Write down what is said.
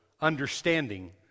understanding